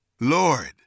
Lord